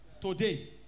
Today